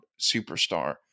superstar